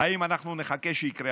האם אנחנו נחכה שיקרה אסון?